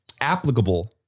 applicable